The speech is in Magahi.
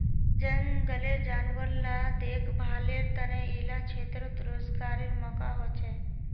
जनगलेर जानवर ला देख्भालेर तने इला क्षेत्रोत रोज्गारेर मौक़ा होछे